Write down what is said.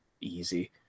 easy